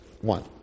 One